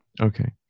Okay